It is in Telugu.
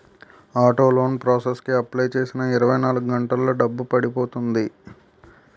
ఆటో లోన్ ప్రాసెస్ కి అప్లై చేసిన ఇరవై నాలుగు గంటల్లో డబ్బు పడిపోతుంది